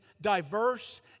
diverse